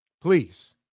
Please